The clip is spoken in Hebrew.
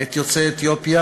את יוצאי אתיופיה,